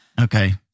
Okay